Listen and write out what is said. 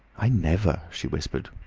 i never, she whispered.